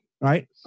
Right